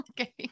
Okay